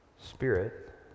spirit